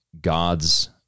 God's